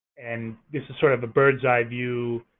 and this is sort of a birds-eye view.